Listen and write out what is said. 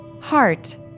Heart